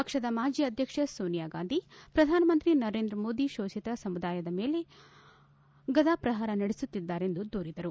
ಪಕ್ಷದ ಮಾಜಿ ಅಧ್ವಕ್ಷೆ ಸೋನಿಯಾಗಾಂಧಿ ಪ್ರಧಾನಮಂತ್ರಿ ನರೇಂದ್ರ ಮೋದಿ ಶೋಷಿತ ಸಮುದಾಯದ ಮೇಲೆ ಗದಾಪ್ರಪಾರ ನಡೆಸುತ್ತಿದ್ದಾರೆ ಎಂದು ದೂರಿದರು